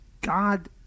God